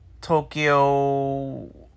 Tokyo